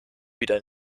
wieder